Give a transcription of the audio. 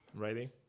Ready